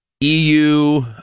EU